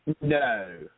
No